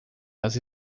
das